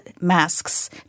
masks